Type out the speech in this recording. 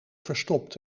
verstopt